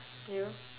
you